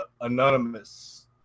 anonymous